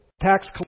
tax